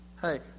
Hey